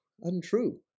untrue